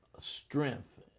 strength